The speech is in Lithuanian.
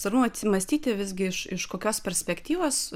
svarbu atsimąstyti visgi iš iš kokios perspektyvos